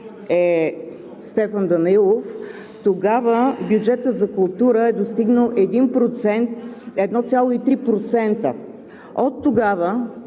е Стефан Данаилов, бюджетът за култура е достигнал 1,3%. Оттогава